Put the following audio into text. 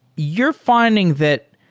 you're finding that